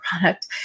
product